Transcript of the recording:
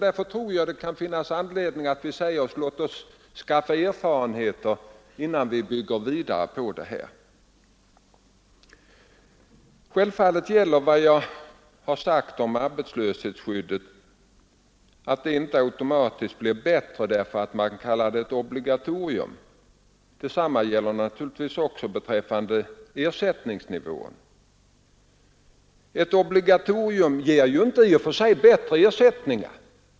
Därför tror jag det kan finnas anledning att vi säger oss: Låt oss skaffa oss erfarenheter innan vi bygger ut systemet. Självfallet gäller vad jag har sagt om arbetslöshetsskyddet att det inte automatiskt blir bättre därför att man kallar det ett obligatorium. Detsamma gäller naturligtvis också beträffande ersättningsnivån. Ett obligatorium ger ju inte i och för sig bättre ersättning.